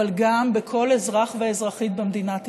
אבל גם בכל אזרח ואזרחית במדינת ישראל.